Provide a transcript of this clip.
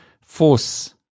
force